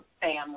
family